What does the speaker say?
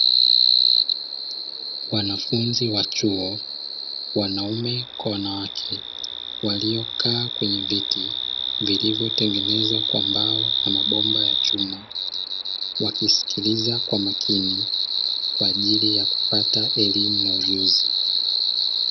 Wanafunzi wa chuo wanaume kwa wanawake waliokaa kwenye viti vilivyotengenezwa kwa mbao na mabomba ya chuma, wakiskiliza kwa makini kwa ajili ya kupata elimu na ujuzi.